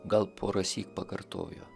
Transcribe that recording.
gal porąsyk pakartojo